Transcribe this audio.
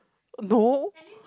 no